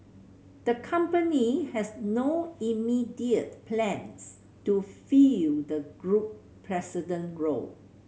the company has no immediate plans to fill the group president role